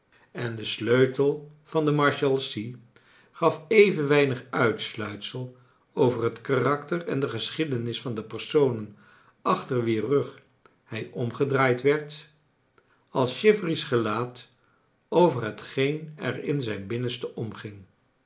en de sleutel van de marshalsea gaf even weinig uitsluitsel over het karakter en de geschiedenis van de personen achter wier rug hij omgedraaid werd als chivery's gelaat over hetgeen er in zijn binnenste omging